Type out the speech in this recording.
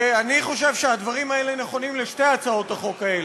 אני חושב שהדברים האלה נכונים לשתי הצעות החוק האלה.